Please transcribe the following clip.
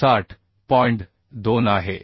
2 आहे